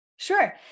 Sure